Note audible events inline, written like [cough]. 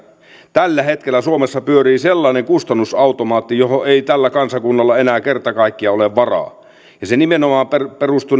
tällä hetkellä suomessa pyörii sellainen kustannusautomaatti johon ei tällä kansakunnalla enää kerta kaikkiaan ole varaa ja se nimenomaan perustuu [unintelligible]